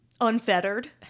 unfettered